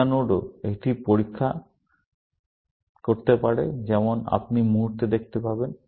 beta নোডও একটি পরীক্ষা করতে পারে যেমন আপনি মুহূর্তে দেখতে পাবেন